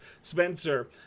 spencer